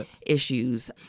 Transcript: issues